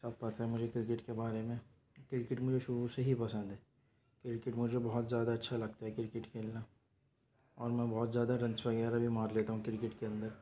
سب پتہ ہے مجھے کرکٹ کے بارے میں کرکٹ مجھے شروع سے ہی پسند ہے کرکٹ مجھے بہت زیادہ اچھا لگتا ہے کرکٹ کھیلنا اور میں بہت زیادہ رنس وغیرہ بھی مار لیتا ہوں کرکٹ کے اندر